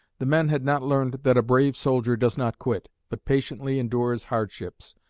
the men had not learned that a brave soldier does not quit, but patiently endures hardships.